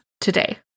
today